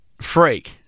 Freak